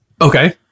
okay